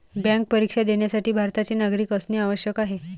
bank परीक्षा देण्यासाठी भारताचे नागरिक असणे आवश्यक आहे